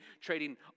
trading